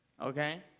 Okay